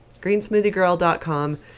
Greensmoothiegirl.com